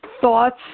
thoughts